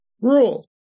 rule